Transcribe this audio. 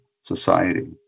society